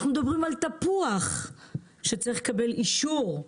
אנחנו מדברים על תפוח שצריך לקבל אישור,